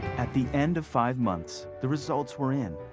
at the end of five months the results were in.